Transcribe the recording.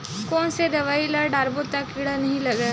कोन से दवाई ल डारबो त कीड़ा नहीं लगय?